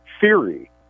theory